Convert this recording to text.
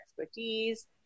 expertise